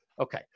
Okay